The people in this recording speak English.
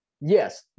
yes